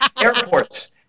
Airports